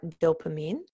dopamine